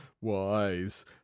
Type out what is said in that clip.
wise